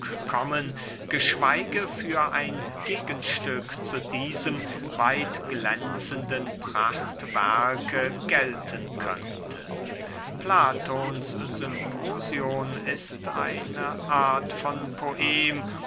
kommen geschweige für ein gegenstück zu diesem weitglänzenden prachtwerke gelten könnte platons symposion ist eine art von poem